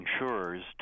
insurers